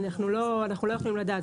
אנחנו לא יכולים לדעת,